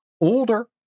older